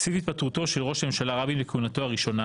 סביב התפטרותו של ראש הממשלה רבין מכהונתו הראשונה